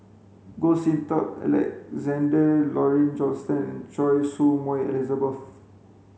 Goh Sin Tub Alexander Laurie Johnston and Choy Su Moi Elizabeth